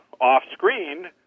off-screen